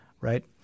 Right